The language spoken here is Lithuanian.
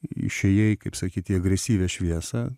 išėjai kaip sakyt į agresyvią šviesą